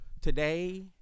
Today